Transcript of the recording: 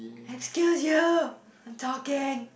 excuse you I'm talking